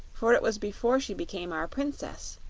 for it was before she became our princess,